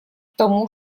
тому